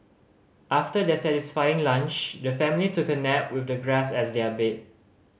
after their satisfying lunch the family took a nap with the grass as their bed